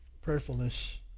Prayerfulness